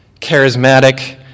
charismatic